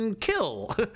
kill